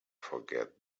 forget